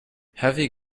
heavy